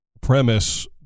premise